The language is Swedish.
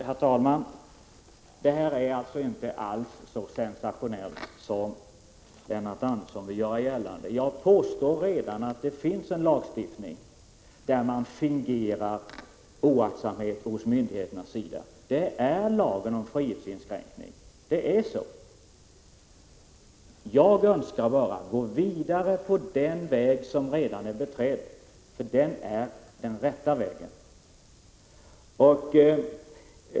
Herr talman! Detta är inte alls så sensationellt som Lennart Andersson vill göra gällande. Jag har redan påstått att det finns en lagstiftning där man fingerar oaktsamhet hos myndigheten. Det gäller lagen om frihetsinskränkning. Jag önskar bara gå vidare på den väg som redan är beträdd, för den är den rätta vägen.